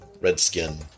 Redskin